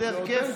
יותר כיף.